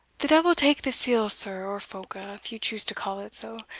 the devil take the seal, sir, or phoca, if you choose to call it so!